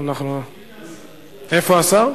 הנה השר.